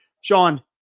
Sean